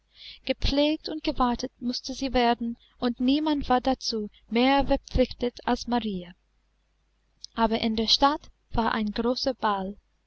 gepflegt und gewartet mußte sie werden und niemand war dazu mehr verpflichtet als marie aber in der stadt war ein großer ball